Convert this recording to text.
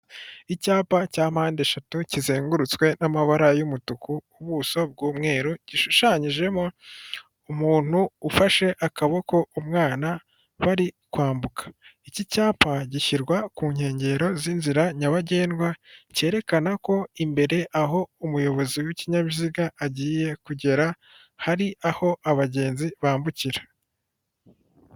Icyapa cya mpandeshatu kizengurutswe n'amabara y'umutuku ku buso bw'umweru, gishushanyijemo umuntu ufashe akaboko umwana bari kwambuka, iki cyapa gishyirwa ku nkengero z'inzira nyabagendwa cyerekana ko imbere aho umuyobozi w'ikinyabiziga agiye kugera hari aho abagenzi bambukira.